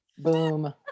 boom